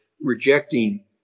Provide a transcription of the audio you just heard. rejecting